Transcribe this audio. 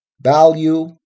value